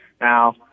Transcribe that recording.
Now